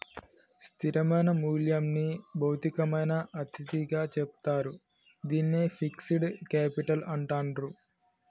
స్థిరమైన మూల్యంని భౌతికమైన అతిథిగా చెప్తారు, దీన్నే ఫిక్స్డ్ కేపిటల్ అంటాండ్రు